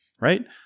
right